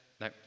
No